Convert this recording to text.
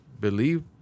believe